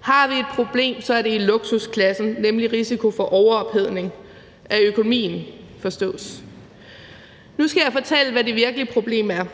har vi et problem, er det i luksusklassen, nemlig risiko for overophedning – af økonomien, forstås. Nu skal jeg fortælle, hvad det virkelige problem er.